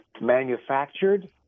manufactured